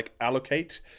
allocate